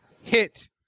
hit